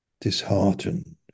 disheartened